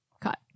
cut